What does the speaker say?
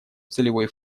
целевой